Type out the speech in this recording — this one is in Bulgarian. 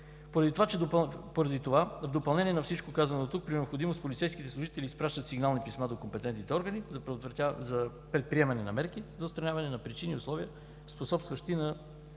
Поради това в допълнение на всичко казано дотук, при необходимост, полицейските служители изпращат сигнални писма до компетентните органи за предприемане на мерки за отстраняване на причини и условия, способстващи